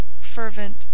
fervent